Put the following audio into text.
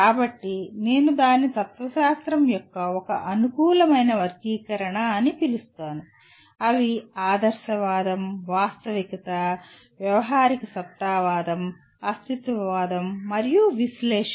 కాబట్టి నేను దానిని తత్వశాస్త్రం యొక్క ఒక అనుకూలమైన వర్గీకరణ అని పిలుస్తాను అవి ఆదర్శవాదం వాస్తవికత వ్యావహారికసత్తావాదం అస్తిత్వవాదం మరియు విశ్లేషణ